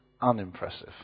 unimpressive